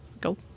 Go